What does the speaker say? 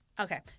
Okay